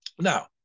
Now